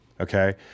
okay